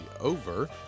over